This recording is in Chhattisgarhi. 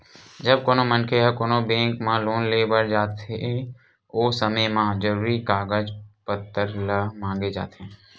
जब कोनो मनखे ह कोनो बेंक म लोन लेय बर जाथे ओ समे म जरुरी कागज पत्तर ल मांगे जाथे